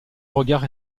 regard